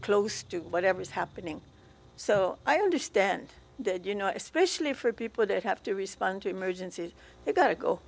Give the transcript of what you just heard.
close to whatever's happening so i understand that you know especially for people that have to respond to emergencies they've got to go